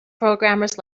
programmers